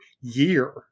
year